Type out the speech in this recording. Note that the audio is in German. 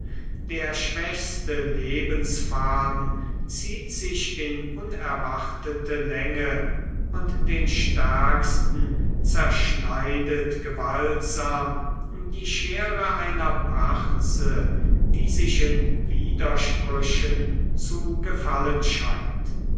der schwächste lebensfaden zieht sich in unerwartete länge und den stärksten zerschneidet gewaltsam die schere einer parze die sich in widersprüchen zu gefallen scheint